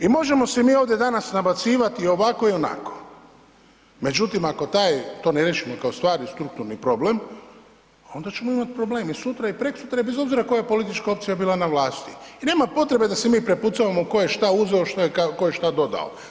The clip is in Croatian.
I možemo se mi ovde danas nabacivati i ovako i onako, međutim ako taj, to ne riješimo kao stvarni strukturni problem onda ćemo imati problem i sutra i preksutra i bez obzira koja politička opcija bila na vlasti i nema potrebe da se mi prepucavamo tko je šta uzeo, tko je šta dodao.